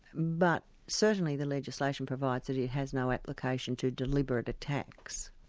but certainly the legislation provides that it has no application to deliberate attacks.